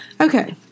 Okay